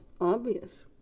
obvious